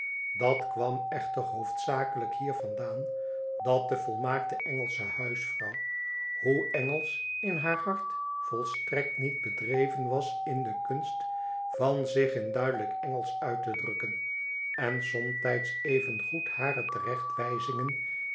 dat kwam echter hoofdzakelijk hiervandaan dat de volmaakte engelsche huisvrouw hoe engelsch in haar hart volstrekt niet bedreven was in de kunst van zich in duidelijk engelsch uit te drukken en somtijds evengoed hare